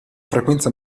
frequenza